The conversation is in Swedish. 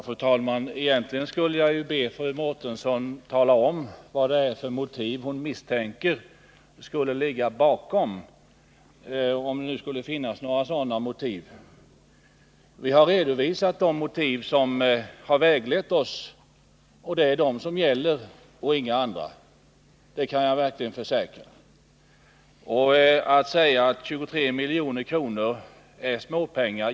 Fru talman! Egentligen skulle jag be fru Iris Mårtensson tala om vad det är för andra motiv än ekonomiska som hon misstänker skulle ligga bakom ”de borgerligas kalla attityd” — om det nu skulle kunna tänkas finnas några sådana motiv. Vi har redovisat de motiv som har väglett oss, och det är de som gäller och inga andra, det kan jag verkligen försäkra. Hon säger vidare att 23 milj.kr. är småpengar.